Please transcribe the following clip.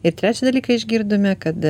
ir trečią dalyką išgirdome kad